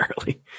early